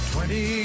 Twenty